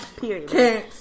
period